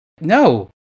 no